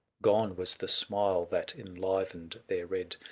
gone was the smile that enlivened their red.